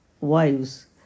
wives